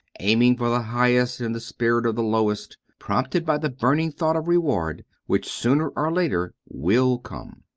aiming for the highest in the spirit of the lowest, prompted by the burning thought of reward, which sooner or later will come.